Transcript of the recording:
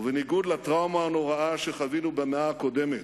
ובניגוד לטראומה הנוראה שחווינו במאה הקודמת,